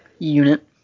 Unit